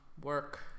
work